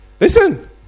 Listen